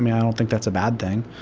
mean, i don't think that's a bad thing.